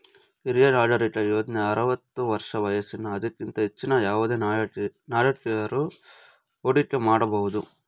ಹಿರಿಯ ನಾಗರಿಕ ಯೋಜ್ನ ಆರವತ್ತು ವರ್ಷ ವಯಸ್ಸಿನ ಅದಕ್ಕಿಂತ ಹೆಚ್ಚಿನ ಯಾವುದೆ ನಾಗರಿಕಕರು ಹೂಡಿಕೆ ಮಾಡಬಹುದು